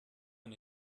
man